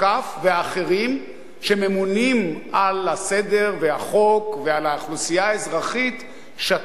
והאחרים שממונים על הסדר והחוק ועל האוכלוסייה האזרחית שתקו,